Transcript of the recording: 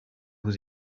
vous